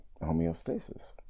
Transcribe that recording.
homeostasis